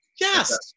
Yes